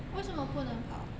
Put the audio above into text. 为什么不能跑